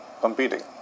competing